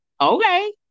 okay